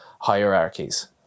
hierarchies